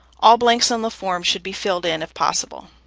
all blanks on the form should be filled in if possible.